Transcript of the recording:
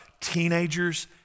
teenagers